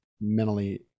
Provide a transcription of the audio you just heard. mentally